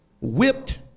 whipped